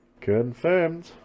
Confirmed